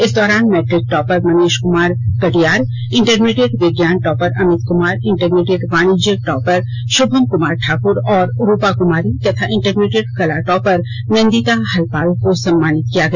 इस दौरान matric topper Manish Kumar Katiyar intermediate विज्ञान टॉपर अमित कमार इंटरमीडिएट वाणिज्य टॉपर श्भम कुमार ठाकुर और रूपा कुमारी तथा इंटरमीडिएट कला टॉपर नंदिता हलपाल को सम्मानित किया गया